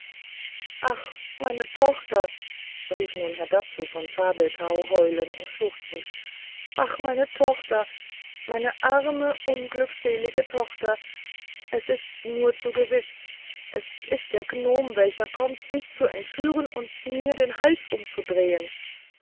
ach meine tochter rief nun herr dapsul von zabelthau heulend und schluchzend ach meine tochter meine arme unglückselige tochter es ist nur zu gewiß es ist der gnome welcher kommt dich zu entführen und mir den hals umzudrehen